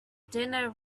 dinner